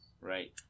right